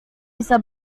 bisa